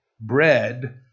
bread